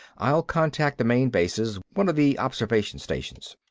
i'll contact the main bases, one of the observation stations.